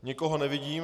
Nikoho nevidím.